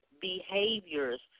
behaviors